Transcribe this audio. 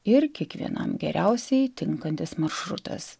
ir kiekvienam geriausiai tinkantis maršrutas